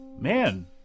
Man